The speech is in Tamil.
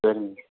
சரிங்க